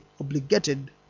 obligated